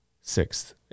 sixth